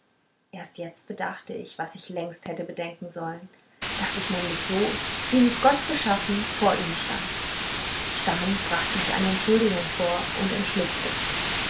erst jetzt bedachte ich was ich längst hätte bedenken sollen daß ich nämlich so wie mich gott geschaffen vor ihnen stand stammelnd brachte ich eine entschuldigung vor und entschlüpfte